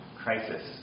crisis